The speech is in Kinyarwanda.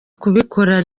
kubikora